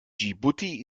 dschibuti